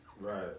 Right